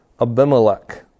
Abimelech